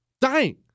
Dying